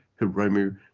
Hiromu